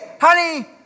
honey